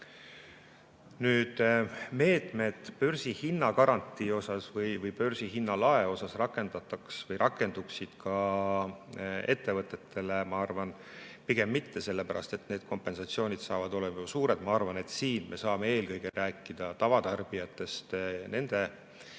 nüüd meetmed börsihinna garantii osas või börsihinna lae osas rakenduksid ka ettevõtetele? Ma arvan, pigem mitte, sellepärast et need kompensatsioonid saavad olema suured. Ma arvan, et siin me saame eelkõige rääkida tavatarbijatest, nende